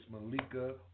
Malika